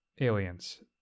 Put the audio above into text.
aliens